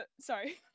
Sorry